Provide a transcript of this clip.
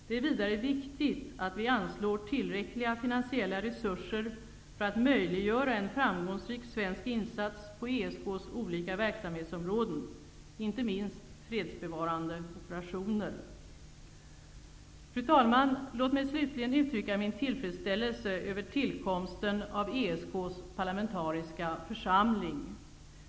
Det är vidare viktigt att vi anslår tillräckliga finansiella resurser för att möjliggöra en framgångsrik svensk insats på ESK:s olika verksamhetsområden, inte minst fredsbevarande operationer. Fru talman! Låt mig slutligen uttrycka min tillfredsställelse över tillkomsten av ESK:s parlamentariska församling.